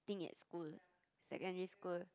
thing at schoolsecondary school